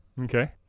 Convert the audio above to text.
Okay